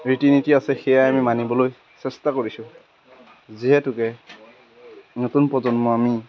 ৰীতি নীতি আছে সেয়া আমি মানিবলৈ চেষ্টা কৰিছোঁ যিহেতুকে নতুন প্ৰজন্ম আমি